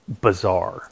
bizarre